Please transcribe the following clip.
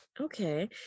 Okay